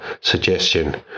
suggestion